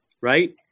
Right